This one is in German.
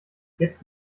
jetzt